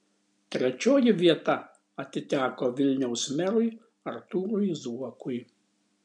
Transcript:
trečioji vieta atiteko vilniaus merui artūrui zuokui